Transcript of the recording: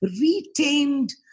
retained